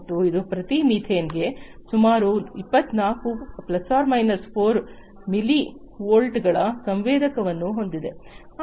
ಮತ್ತು ಇದು ಪ್ರತಿ ಮೀಥೇನ್ಗೆ ಸುಮಾರು 24 ± 4 ಮಿಲಿ ವೋಲ್ಟ್ಗಳ ಸಂವೇದನೆಯನ್ನು ಹೊಂದಿದೆ